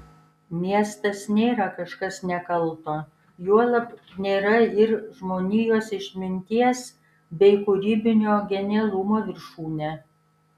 miestas nėra kažkas nekalto juolab nėra ir žmonijos išminties bei kūrybinio genialumo viršūnė